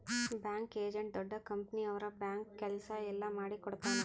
bank agent ದೊಡ್ಡ company ಅವ್ರ bank ಕೆಲ್ಸ ಎಲ್ಲ ಮಾಡಿಕೊಡ್ತನ